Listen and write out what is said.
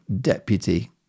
deputy